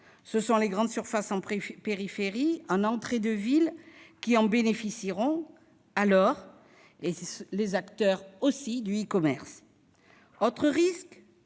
Ce sont les grandes surfaces en périphérie et en entrée de ville qui en bénéficieront alors, ou les acteurs du e-commerce. Autre risque :